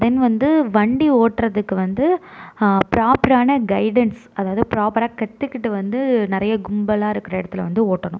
தென் வந்து வண்டி ஓட்டுறதுக்கு வந்து ப்ராப்பரான கைடென்ஸ் அதாவது ப்ராப்பராக கற்றுக்கிட்டு வந்து நிறைய கும்பலாக இருக்கிற இடத்துல வந்து ஓட்டணும்